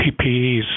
PPEs